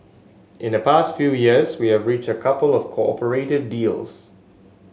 in the past few years we have reached a couple of cooperating deals